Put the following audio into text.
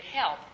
help